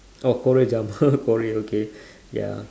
oh korea drama korea okay ya